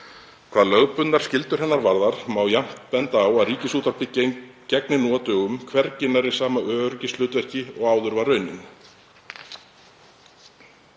Hvað lögbundnar skyldur hennar varðar má jafnframt benda á að Ríkisútvarpið gegnir nú á dögum hvergi nærri sama öryggishlutverki og áður var raunin.